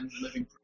living